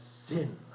sin